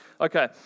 Okay